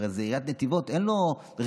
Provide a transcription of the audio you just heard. הרי זה עיריית נתיבות, אין לו רזרבות.